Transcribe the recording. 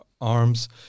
arms